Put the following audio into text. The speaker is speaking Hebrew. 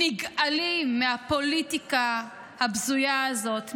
נגעלים מהפוליטיקה הבזויה הזאת,